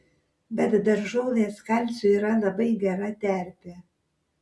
bet daržovės kalciui yra labai gera terpė